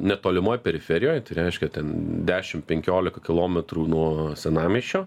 netolimoj periferijoj tai reiškia ten dešim penkiolika kilometrų nuo senamiesčio